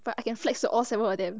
but I can flex to all seven of them